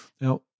Now